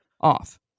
off